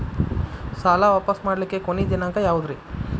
ಸಾಲಾ ವಾಪಸ್ ಮಾಡ್ಲಿಕ್ಕೆ ಕೊನಿ ದಿನಾಂಕ ಯಾವುದ್ರಿ?